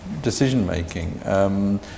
decision-making